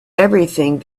everything